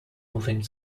moving